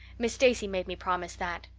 miss stacy made me promise that.